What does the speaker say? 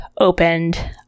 opened